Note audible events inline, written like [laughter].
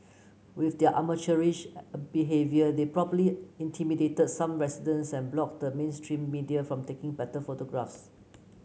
with their amateurish [hesitation] behaviour they probably intimidated some residents and blocked the mainstream media from taking better photographs